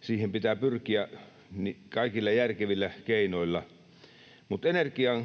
Siihen pitää pyrkiä kaikilla järkevillä keinoilla. Energian